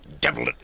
devil